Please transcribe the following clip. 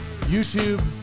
YouTube